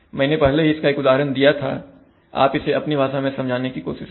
मैंने पहले ही इसका एक उदाहरण दिया था आप इसे अपनी भाषा में समझाने की कोशिश करें